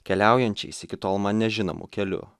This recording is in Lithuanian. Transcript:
keliaujančiais iki tol man nežinomu keliu